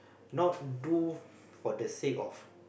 not do for the sake of